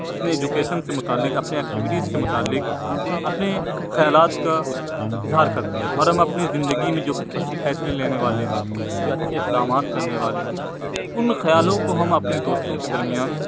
اپنے ایجوکیشن سے متعلق اپنے ایکٹیوٹیز سے متعلق اپنے خیالات کا اظہار کرتے ہیں اور ہم اپنی زندگی میں جو فیصلے لینے والے ہیں جو اچھے اقدامات کرنے والے ہیں ان خیالوں کو ہم اپنے دوستوں کے درمیان